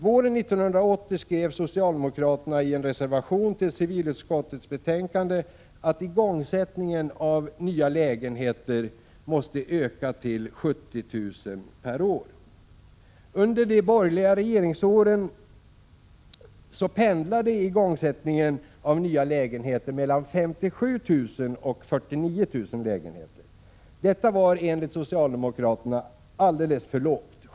Våren 1980 skrev socialdemokraterna i en reservation till civilutskottets betänkande att antalet igångsatta nya lägenheter måste ökas till 70 000 per år. Under de borgerliga regeringsåren pendlade antalet igångsatta nya lägenheter mellan 57 000 och 49 000. Detta var enligt socialdemokraterna ett alldeles för lågt byggande.